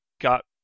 got